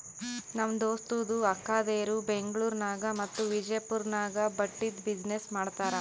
ನಮ್ ದೋಸ್ತದು ಅಕ್ಕಾದೇರು ಬೆಂಗ್ಳೂರ್ ನಾಗ್ ಮತ್ತ ವಿಜಯಪುರ್ ನಾಗ್ ಬಟ್ಟಿದ್ ಬಿಸಿನ್ನೆಸ್ ಮಾಡ್ತಾರ್